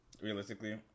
realistically